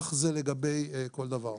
כך זה לגבי כל דבר.